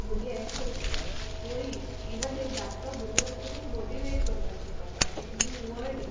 मुगे अेशकोन्न चितप होय इवन एक धाकटो भुरगो देकू तुका मोटिवेट करपा शिकोता एक नीव वर्ड